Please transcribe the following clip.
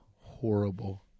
horrible